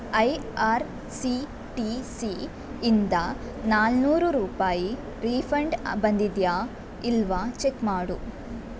I R C T C ಇಂದ ನಾಲ್ಕ್ನೂರು ರೂಪಾಯಿ ರೀಫಂಡ್ ಬಂದಿದೆಯಾ ಇಲ್ವ ಚೆಕ್ ಮಾಡು